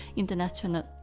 International